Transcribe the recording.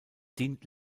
dient